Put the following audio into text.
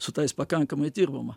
su tais pakankamai dirbama